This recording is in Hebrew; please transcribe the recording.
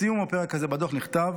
בסיום הפרק הזה בדוח נכתב